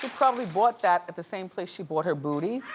probably bought that at the same place she bought her booty.